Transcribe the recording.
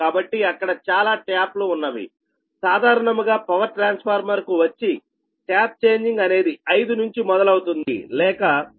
కాబట్టి అక్కడ చాలా ట్యాప్ లు ఉన్నవిసాధారణముగా పవర్ ట్రాన్స్ఫార్మర్ కు వచ్చి ట్యాప్ చేంజింగ్ అనేది 5 నుంచి మొదలవుతుంది లేక 0